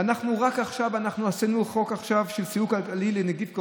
ורק עכשיו עשינו חוק של סיוע כלכלי בגלל נגיף קורונה,